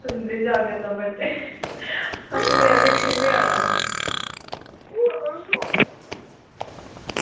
तुंदा जागतै दा बर्थ डे ऐ अस निं आह्गे ते किन्ने आना ऐ